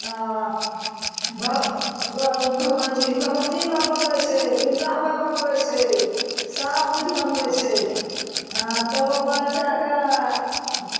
आओर भऽ अथी भगवत्ती माय बनबइ छै दुर्गा माय बनबइ छै सबकिछु बनबइ छै अँए तकरबाद जाकए